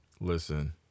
Listen